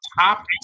top